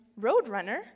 Roadrunner